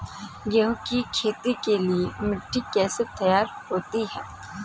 गेहूँ की खेती के लिए मिट्टी कैसे तैयार होती है?